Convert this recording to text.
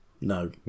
no